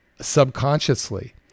subconsciously